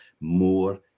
more